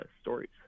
stories